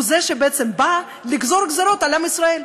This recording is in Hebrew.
הוא זה שבעצם בא לגזור גזירות על עם ישראל.